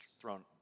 thrown